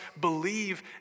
believe